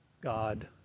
God